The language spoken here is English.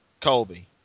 Colby